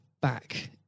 back